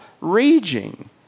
raging